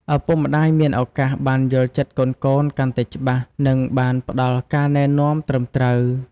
ឪពុកម្តាយមានឱកាសបានយល់ចិត្តកូនៗកាន់តែច្បាស់ និងបានផ្តល់ការណែនាំត្រឹមត្រូវ។